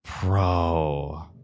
Bro